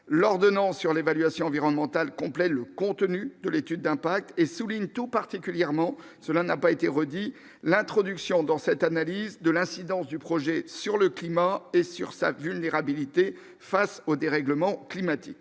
l'ordonnance sur l'évaluation environnementale complet le contenu de l'étude d'impact et souligne tout particulièrement, cela n'a pas été redit l'introduction dans cette analyse de l'incidence du projet sur le climat et sur sa vulnérabilité face aux dérèglements climatiques,